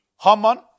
Haman